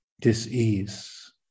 dis-ease